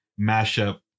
mashup